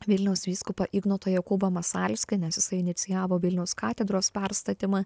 vilniaus vyskupą ignotą jokūbą masalskį nes jisai inicijavo vilniaus katedros perstatymą